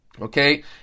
okay